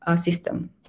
system